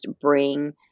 bring